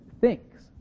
thinks